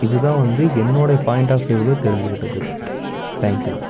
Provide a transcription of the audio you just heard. இதுதான் வந்து என்னோடைய பாயிண்ட் ஆப் வ்யூவில் தெரிஞ்சிக்கிட்டது தேங்க்யூ